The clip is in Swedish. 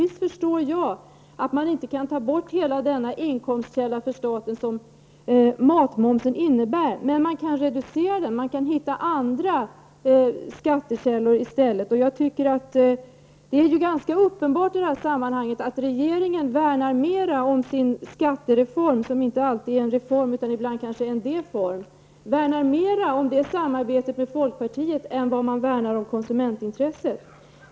Visst förstår jag att man inte kan ta bort den stora inkomstkälla för staten som matmomsen utgör, men man kan reducera den och i stället söka andra skattekällor. Det är i sammanhanget ganska uppenbart att regeringen värnar mer om sin skattereform, som inte alltid är en reform utan ibland en deform, och sitt samarbete med folkpartiet i den frågan än vad man värnar om konsumentintresset.